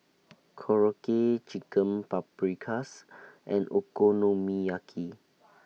Korokke Chicken Paprikas and Okonomiyaki